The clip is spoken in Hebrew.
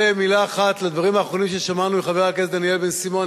מלה אחת לדברים האחרונים ששמענו מחבר הכנסת דניאל בן-סימון,